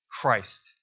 Christ